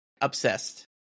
obsessed